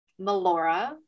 Melora